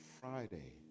Friday